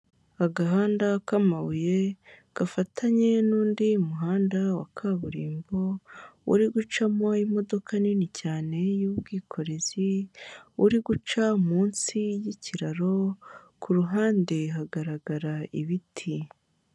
Agahanda k'amabuye gafatanye n'undi muhanda wa kaburimbo uri gucamo imodoka nini cyane y'ubwikorezi uri guca munsi y'ikiraro, ku ruhande hagaragara ibiti.